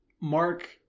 Mark